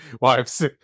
wives